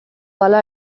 hala